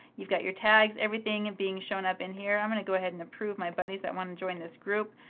you've got your tags, everything and being shown up in here. i'm going to go ahead and approve my buddies that want to join this group.